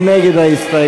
מי נגד ההסתייגות?